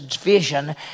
vision